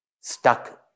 stuck